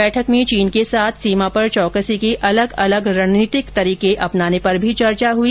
बैठक में चीन के साथ सीमा पर चौकसी के अलग अलग रणनीतिक तरीके अपनाने पर भी चर्चा हुई